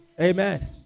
Amen